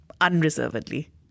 unreservedly